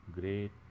great